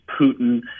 putin